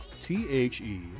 T-H-E